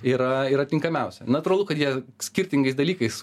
yra yra tinkamiausia natūralu kad jie skirtingais dalykais